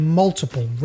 multiple